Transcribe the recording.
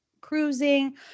cruising